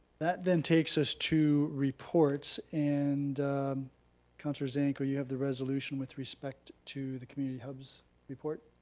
that then takes us to reports, and councillor zanko, you have the resolution with respect to the community hubs report?